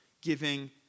giving